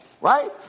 right